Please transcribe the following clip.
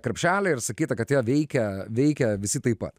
krepšelį ir sakyti kad jie veikia veikia visi taip pat